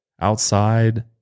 outside